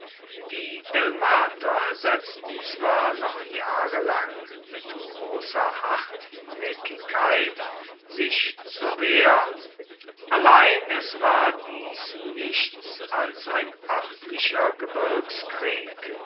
die delmater setzten zwar noch jahre lang mit großer hartnäckigkeit sich zur wehr allein es war dies nichts als ein